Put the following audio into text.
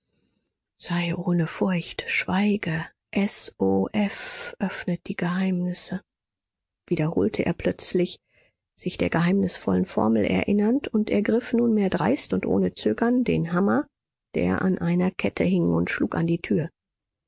sei ohne furcht schweige s o f öffnet die geheimnisse wiederholte er plötzlich sich der geheimnisvollen formel erinnernd und ergriff nunmehr dreist und ohne zögern den hammer der an einer kette hing und schlug an die tür